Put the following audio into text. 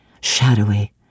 shadowy